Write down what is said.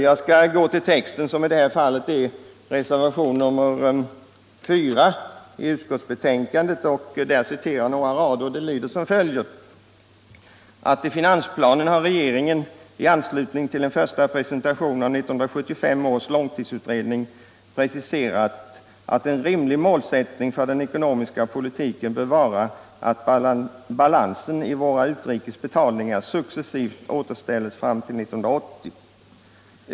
Jag skall här återge några rader ur reservationen 4 till finansutskottets betänkande, där det sägs så här: ”I finansplanen har regeringen — i anslutning till en första presentation av 1975 års långtidsutredning — preciserat att en rimlig målsättning för den ekonomiska politiken bör vara att balansen i våra utrikes betalningar successivt skall återställas fram till 1980.